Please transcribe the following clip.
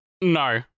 No